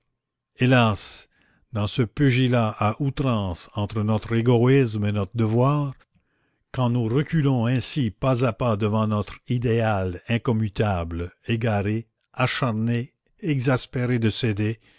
hélas dans ce pugilat à outrance entre notre égoïsme et notre devoir quand nous reculons ainsi pas à pas devant notre idéal incommutable égarés acharnés exaspérés de céder